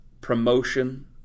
promotion